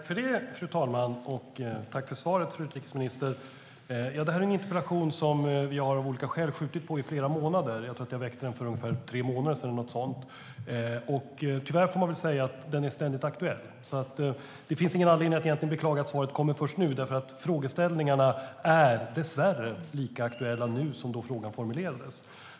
Fru talman! Jag vill tacka fru utrikesministern för svaret. Det här är en interpellation som vi av olika skäl har skjutit på i flera månader. Jag tror att jag väckte den för ungefär tre månader sedan. Tyvärr får jag säga att den är ständigt aktuell. Det finns alltså ingen anledning att beklaga att svaret kommer först nu. Frågeställningarna är dessvärre lika aktuella nu som då frågan formulerades.